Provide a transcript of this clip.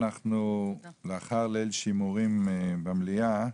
אנחנו לאחר ליל שימורים במליאה,